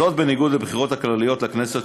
זאת בניגוד לבחירות הכלליות לכנסת,